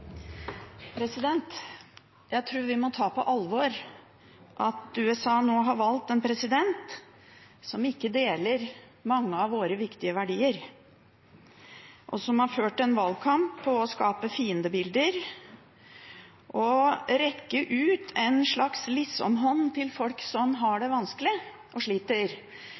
Jeg tror vi må ta på alvor at USA nå har valgt en president som ikke deler mange av våre viktige verdier, og som har ført en valgkamp på å skape fiendebilder og rekke ut en slags liksom-hånd til folk som har det vanskelig og sliter.